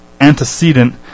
antecedent